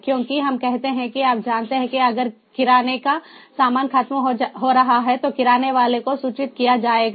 क्योंकि हम कहते हैं कि आप जानते हैं कि अगर किराने का सामान खत्म हो रहा है तो किराने वाले को सूचित किया जाएगा